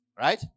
right